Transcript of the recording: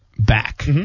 Back